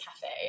cafe